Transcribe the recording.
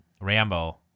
Rambo